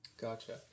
Gotcha